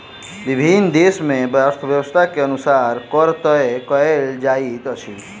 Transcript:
विभिन्न देस मे अर्थव्यवस्था के अनुसार कर तय कयल जाइत अछि